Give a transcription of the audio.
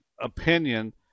opinion